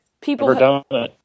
people